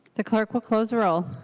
the clerk will close the roll.